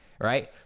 right